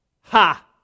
Ha